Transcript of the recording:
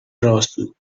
راسو